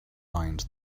mind